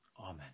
Amen